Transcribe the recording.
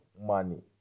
money